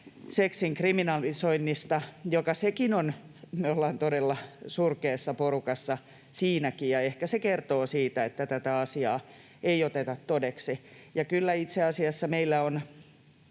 eläinseksin kriminalisoinnista, jota sitäkin on — me olemme todella surkeassa porukassa siinäkin — ja ehkä se kertoo siitä, että tätä asiaa ei oteta todesta. Itse asiassa meillä on